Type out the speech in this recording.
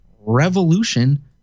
revolution